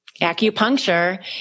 Acupuncture